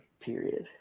period